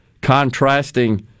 contrasting